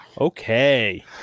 Okay